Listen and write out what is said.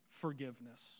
forgiveness